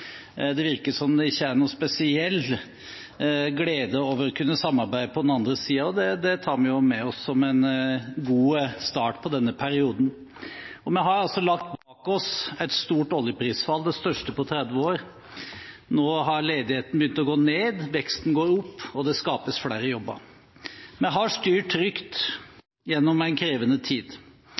Det virker ikke som om det er noen spesiell glede over å kunne samarbeide på den andre siden, og det tar vi med oss som en god start på denne perioden. Vi har lagt bak oss et stort oljeprisfall – det største på 30 år. Ledigheten har begynt å gå ned, veksten går opp, og det skapes flere jobber. Vi har styrt trygt gjennom en krevende tid.